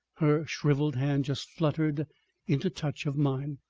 her shriveled hand just fluttered into touch of mine.